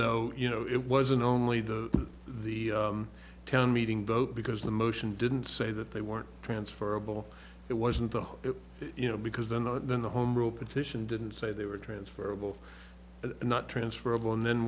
though you know it wasn't only the town meeting vote because the motion didn't say that they weren't transferrable it wasn't the you know because the no then the home rule petition didn't say they were transferable not transferrable and then